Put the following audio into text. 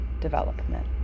development